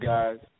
Guys